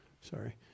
Sorry